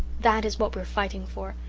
that is what we're fighting for.